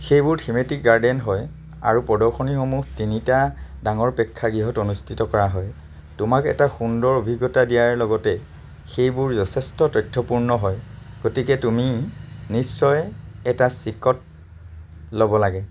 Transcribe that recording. সেইবোৰ thematic garden হয় আৰু প্ৰদৰ্শনীসমূহ তিনিটা ডাঙৰ প্ৰেক্ষাগৃহত অনুষ্ঠিত কৰা হয় তোমাক এটা সুন্দৰ অভিজ্ঞতা দিয়াৰ লগতে সেইবোৰ যথেষ্ট তথ্যপূৰ্ণ হয় গতিকে তুমি নিশ্চয় এটা চিকট ল'ব লাগে